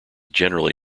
generally